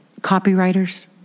copywriters